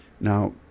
Now